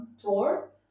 tour